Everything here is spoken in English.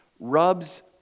rubs